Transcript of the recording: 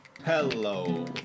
Hello